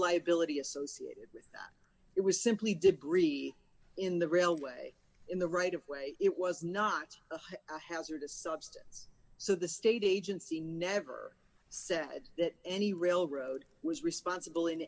liability associated with it was simply debris in the railway in the right of way it was not a hazardous substance so the state agency never said that any railroad was responsible in